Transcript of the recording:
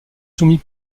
soumis